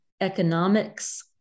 economics